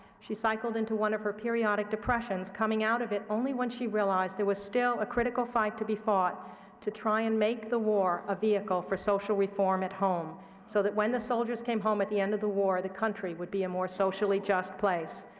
she cycled into one of her periodic depressions, coming out of it only when she realized there was still a critical fight to be fought to try and make the war a vehicle for social reform at home so that, when the soldiers came home at the end of the war, the country would be a more socially just place.